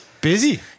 Busy